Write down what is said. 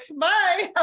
bye